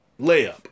layup